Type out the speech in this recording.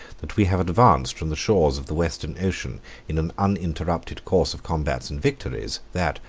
that we have advanced from the shores of the western ocean in an uninterrupted course of combats and victories, that,